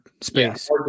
space